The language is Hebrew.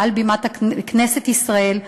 מעל בימת כנסת ישראל,